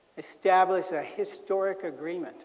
established a historic agreement